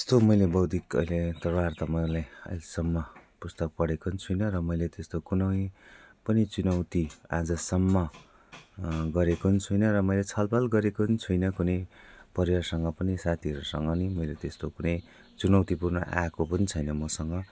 यस्तो मैले बौद्धिक अहिलेसम्म त पुस्तक पढेको नि छुइनँ र मैले त्यस्तो कुनै पनि चुनौती आजसम्म गरेको नि छुइनँ र मैले छलफल गरेको नि छुइनँ कुनै परिवारसँग पनि साथीहरूसँग नि मैले त्यस्तो कुनै चुनौतीपूर्ण आएको पनि छैन मसँग